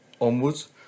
onwards